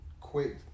quick